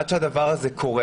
עד שהדבר הזה קורה